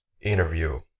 interview